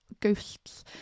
ghosts